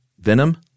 Venom